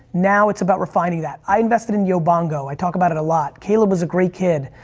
now it's about refining that. i invested in yobongo, i talk about it a lot. caleb was a great kid,